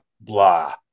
blah